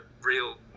real